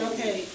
Okay